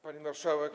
Pani Marszałek!